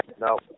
no